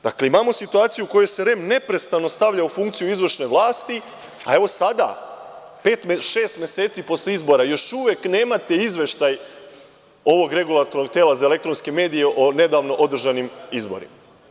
Dakle, imamo situaciju u kojoj se REM neposredno stavlja u funkciju izvršne vlasti, a evo sada šest meseci posle izbora, još uvek nemate izveštaj ovog regulatornog tela za elektronske medije o nedavno održanim izborima.